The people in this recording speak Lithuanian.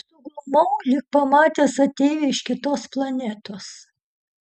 suglumau lyg pamatęs ateivį iš kitos planetos